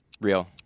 Real